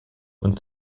und